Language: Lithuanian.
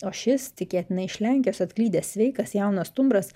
o šis tikėtina iš lenkijos atklydęs sveikas jaunas stumbras